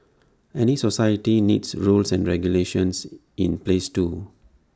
any society needs rules and regulations in place too